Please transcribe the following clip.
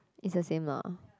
is a same lah